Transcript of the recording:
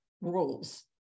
rules